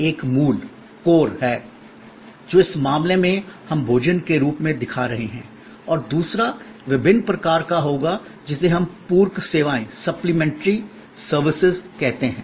एक मूल कोर है जो इस मामले में हम भोजन के रूप में दिखा रहे हैं और दूसरा विभिन्न प्रकार का होगा जिसे हम पूरक सेवाएँ सप्लीमेंट्री सर्विसेज कहते हैं